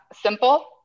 simple